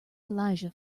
elijah